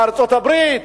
מארצות-הברית?